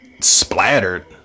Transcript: splattered